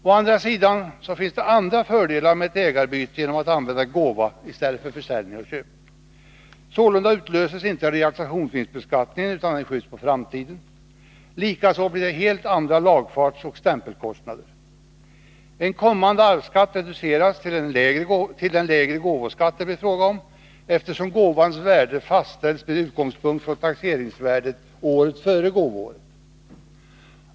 Å andra sidan finns det andra fördelar med ett ägarbyte, genom att man använder gåva i stället för försäljning och köp. Således utlöses inte realisationsvinstbeskattningen, utan den skjuts på framtiden. Likaså blir det helt andra lagfartsoch stämpelkostnader. En kommande arvsskatt reduceras till den lägre gåvoskatt det blir fråga om, eftersom gåvans värde fastställs med utgångspunkt från taxeringsvärdet året före gåvoåret.